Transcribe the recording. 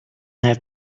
have